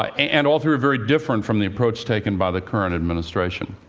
um and all three are very different from the approach taken by the current administration.